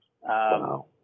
Wow